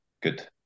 good